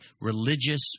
Religious